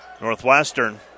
Northwestern